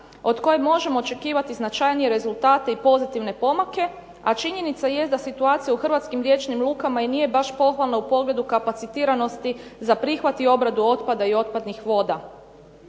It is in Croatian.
od koje možemo očekivati značajnije rezultate i pozitivne pomake, a činjenica jest da situacija u riječnim lukama i nije baš pohvalna u pogledu kapacitiranosti za prihvat i obradu otpada i otpadnih voda.